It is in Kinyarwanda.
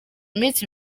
iminsi